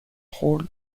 rôle